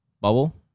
Bubble